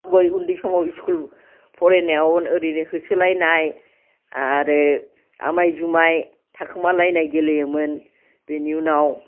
गय उन्दै समाव स्कुल फरायनायाव ओरैनो होसोलायनाय आरो आमाय जुमाय थाखोमालायनाय गेलेयोमोन बिनि उनाव